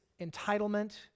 entitlement